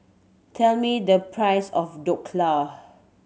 tell me the price of Dhokla